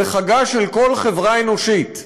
זה חגה של כל חברה אנושית.